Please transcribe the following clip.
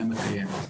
נאה מקיים.